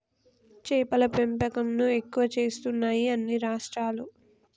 చేపల పెంపకం ను ఎక్కువ చేస్తున్నాయి అన్ని రాష్ట్రాలు